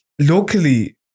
Locally